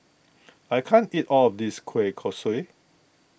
I can't eat all of this Kueh Kosui